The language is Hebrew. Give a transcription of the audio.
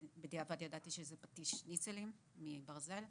בדיעבד ידעתי שזה פטיש שניצלים מברזל,